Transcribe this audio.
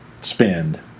spend